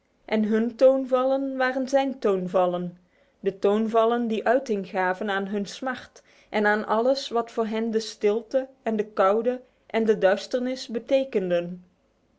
en hun toonvallen waren zijn toonvallen de toonvallen die uiting gaven aan hun smart en aan alles wat voor hen de stilte en de koude en de duisternis betekenden